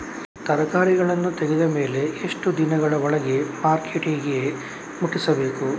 ತರಕಾರಿಗಳನ್ನು ತೆಗೆದ ಮೇಲೆ ಎಷ್ಟು ದಿನಗಳ ಒಳಗೆ ಮಾರ್ಕೆಟಿಗೆ ಮುಟ್ಟಿಸಬೇಕು?